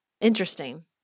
interesting